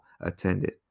attended